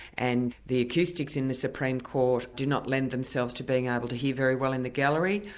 and the acoustics in the supreme court do not lend themselves to being able to hear very well in the gallery.